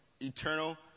eternal